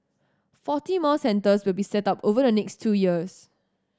forty more centres will be set up over the next two years